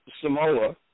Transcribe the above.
Samoa